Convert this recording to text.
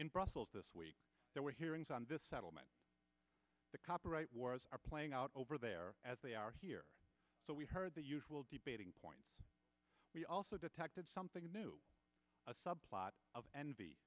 in brussels this week there were hearings on this settlement the copyright wars are playing out over there as they are here so we heard the usual debating point we also detected something new a subplot of envy